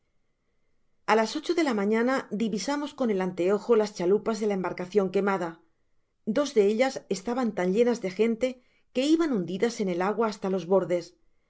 a las ocho de la mañana divisamos con el anteojo las chalupas de la embarcacion quemada dos de ellas estaban tan llenas de gente que iban hundidas en el agua hasta los bordes